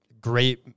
great